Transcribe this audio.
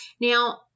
Now